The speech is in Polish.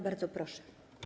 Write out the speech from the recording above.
Bardzo proszę.